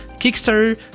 kickstarter